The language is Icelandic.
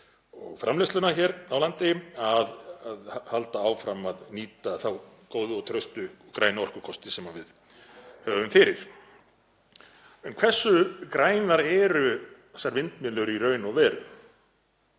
og framleiðsluna hér á landi, að halda áfram að nýta þá góðu, traustu grænu orkukosti sem við höfum fyrir. En hversu grænar eru þessar vindmyllur í raun og veru?